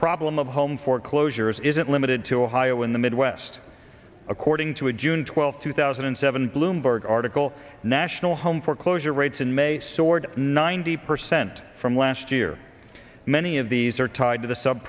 problem of home foreclosures isn't limited to a high oh in the midwest according to a june twelfth two thousand and seven bloomberg article national home foreclosure rates in may soared ninety percent from last year many of these are tied to the sub